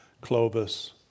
Clovis